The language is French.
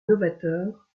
novateur